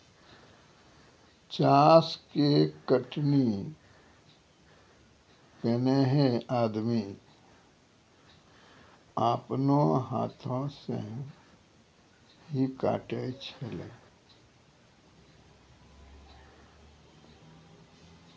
चास के कटनी पैनेहे आदमी आपनो हाथै से ही काटै छेलै